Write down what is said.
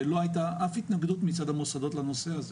וממה שאנחנו קיבלנו לא הייתה אף התנגדות מצד המוסדות לנושא הזה.